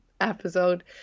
episode